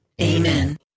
Amen